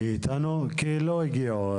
כי לא הגיעו,